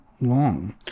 long